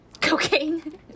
Cocaine